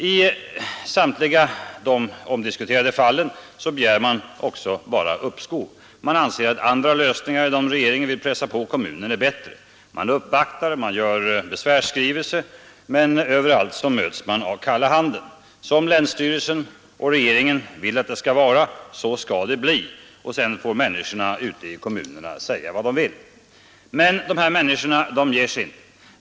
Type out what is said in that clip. I samtliga de diskuterade fallen begär man också bara uppskov, man anser att andra lösningar än den regeringen vill pressa på kommunen är bättre. Man uppvaktar, man gör besvärsskrivelser, men överallt möts man av kalla handen. Som länsstyrelsen och regeringen vill att det skall vara, så skall det bli. Sedan får människorna ute i kommunerna säga vad de vill. Men de här människorna ger sig inte.